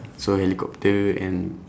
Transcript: so helicopter and